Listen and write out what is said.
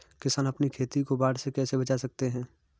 किसान अपनी खेती को बाढ़ से कैसे बचा सकते हैं?